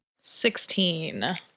Sixteen